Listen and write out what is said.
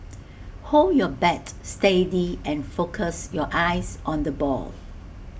hold your bat steady and focus your eyes on the ball